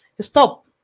Stop